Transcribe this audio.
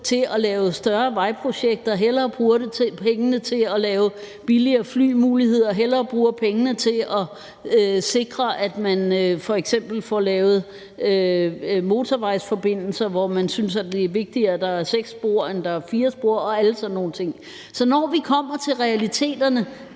på at lave større vejprojekter, hellere bruge pengene på at lave billigere flymuligheder, hellere bruger pengene på at sikre, at man f.eks. får lavet motorvejsforbindelser, hvor man synes, det er vigtigere, at der er seks spor, end at der er fire spor og alle sådan nogle ting. Så når vi kommer til realiteterne,